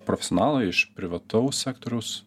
profesionalai iš privataus sektoriaus